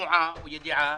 שמועה או ידעה,